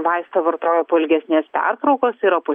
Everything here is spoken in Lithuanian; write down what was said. vaistą vartojo po ilgesnės pertraukos yra pu